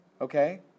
Okay